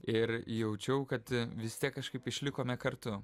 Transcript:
ir jaučiau kad vis tiek kažkaip išlikome kartu